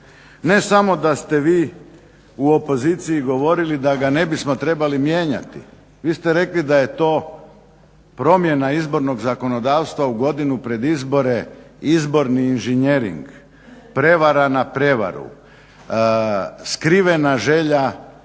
Ne samo da ste vi u opoziciji govorili da ga ne bismo trebali mijenjati. Vi ste rekli da je to promjena izbornog zakonodavstva u godinu pred izbore izborni inženjering, prevara na prevaru, skrivena želja